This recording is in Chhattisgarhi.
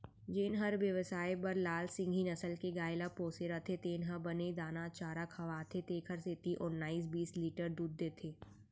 जेन हर बेवसाय बर लाल सिंघी नसल के गाय ल पोसे रथे तेन ह बने दाना चारा खवाथे तेकर सेती ओन्नाइस बीस लीटर दूद देथे